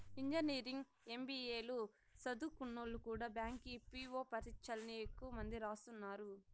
engineering, MBA లు సదుంకున్నోల్లు కూడా బ్యాంకి పీ.వో పరీచ్చల్ని ఎక్కువ మంది రాస్తున్నారు